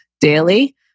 daily